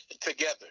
together